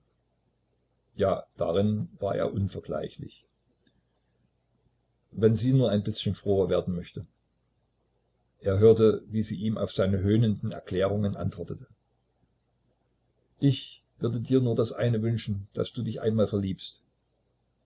ja darin war er unvergleichlich wenn sie nur ein bißchen froher werden möchte er hörte sie wie sie ihm auf seine höhnenden erklärungen antwortete ich würde dir nur das eine wünschen daß du dich einmal verliebst